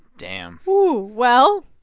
damn ooh. well,